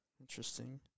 Interesting